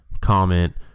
comment